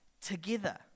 together